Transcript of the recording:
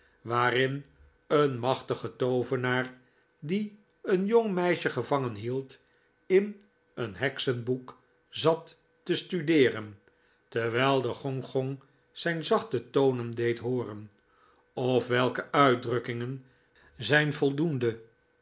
waarin een machtige toovenaar die een jong meisje gevangen hield in een heksenboek zat te studeeren terwijl de gongong zijn zachte tonen deed hooren of welke uitdrukkingen zijn voldoende